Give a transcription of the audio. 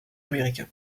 américain